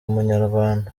umunyarwanda